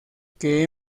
que